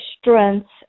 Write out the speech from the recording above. strengths